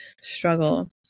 struggle